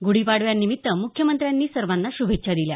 गुढीपाडव्यानिमित्त म्ख्यमंत्र्यांनी सर्वांना श्रभेच्छा दिल्या